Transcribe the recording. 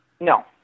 No